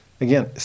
Again